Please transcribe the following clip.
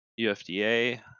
UFDA